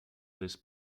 this